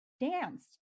danced